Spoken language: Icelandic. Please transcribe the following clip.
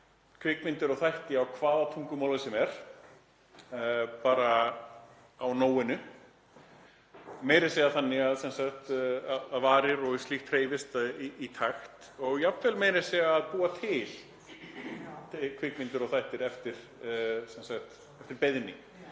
kvikmyndir og þætti á hvaða tungumáli sem er, bara á nóinu, meira að segja þannig að varir og slíkt hreyfist í takt og jafnvel meira að segja að búa til kvikmyndir og þætti eftir beiðni.